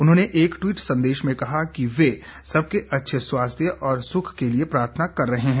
उन्होंने एक टवीट संदेश में कहा कि वे सबके अच्छे स्वास्थ्य और सुख के लिए प्रार्थना कर रहे हैं